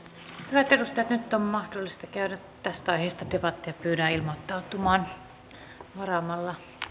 hyvät edustajat nyt on mahdollista käydä tästä aiheesta debattia pyydän ilmoittautumaan varaamalla